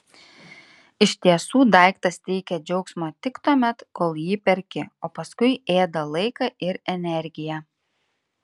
iš tiesų daiktas teikia džiaugsmo tik tuomet kol jį perki o paskui ėda laiką ir energiją